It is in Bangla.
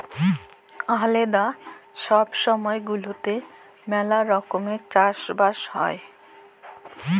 আলেদা ছব ছময় গুলাতে ম্যালা রকমের চাষ বাস হ্যয়